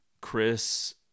Chris